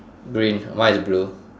green mine is blue